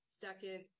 Second